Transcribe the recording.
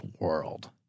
world